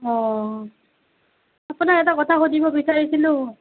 অ আপোনাক এটা কথা সুধিব বিচাৰিছিলোঁ